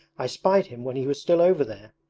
i spied him when he was still over there.